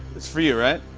is for you, right?